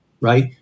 right